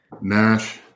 Nash